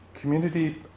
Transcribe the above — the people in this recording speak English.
community